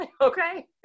Okay